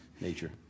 nature